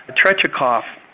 ah tretyakov,